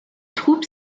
troupe